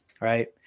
right